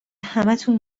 همتون